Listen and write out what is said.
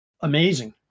amazing